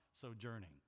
sojourning